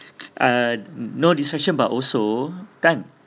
uh no distraction but also kan